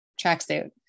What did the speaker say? tracksuit